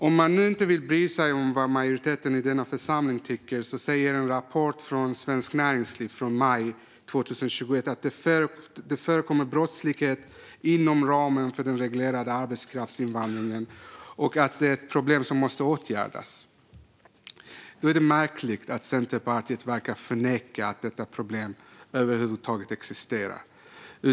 Om man nu inte vill bry sig om vad majoriteten i denna församling tycker kan man läsa en rapport från Svenskt Näringsliv från maj 2021 som säger att det förekommer brottslighet inom ramen för den reglerade arbetskraftsinvandringen och att det är ett problem som måste åtgärdas. Det är märkligt att Centerpartiet verkar förneka att detta problem över huvud taget existerar.